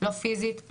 לא פיזית,